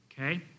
okay